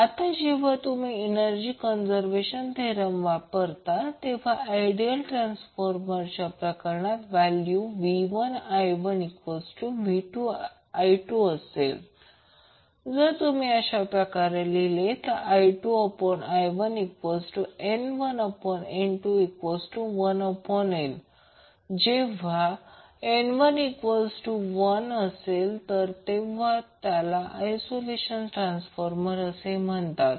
आता जेव्हा तुम्ही एनर्जी कंजर्वेशन थेरमचा वापरतात तेव्हा आयडियल ट्रान्सफॉर्मरच्या प्रकरणात व्हॅल्यू v1i1v2i2 असेल जर तुम्ही अशा प्रकारे लिहिले तर I2I1N1N21n जेव्हा n 1 तर त्याला आईसोल्युशन ट्रान्सफॉर्मर असे म्हणतात